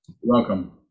Welcome